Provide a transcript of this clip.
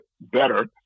better